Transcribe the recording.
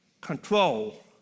Control